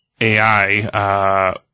ai